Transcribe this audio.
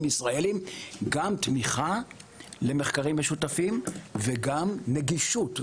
ישראליים גם תמיכה למחקרים משותפים וגם נגישות,